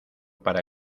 para